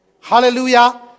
Hallelujah